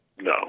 No